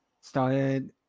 started